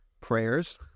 prayers